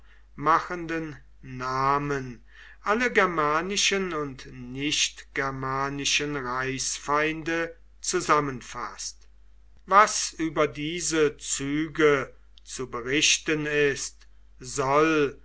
machenden namen alle germanischen und nichtgermanischen reichsfeinde zusammenfaßt was über diese züge zu berichten ist soll